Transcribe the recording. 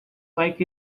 like